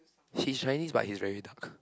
he's Chinese but he's very dark